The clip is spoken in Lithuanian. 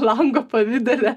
lango pavidale